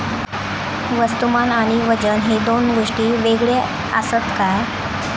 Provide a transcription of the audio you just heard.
वस्तुमान आणि वजन हे दोन गोष्टी वेगळे आसत काय?